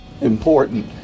important